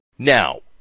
Now